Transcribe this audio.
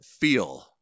feel